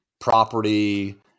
property